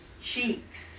cheeks